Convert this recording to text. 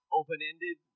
open-ended